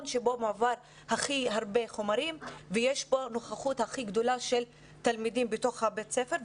בו מועברים הכי הרבה חומרים ובו יש נוכחות גדולה של תלמידים בבתי הספר.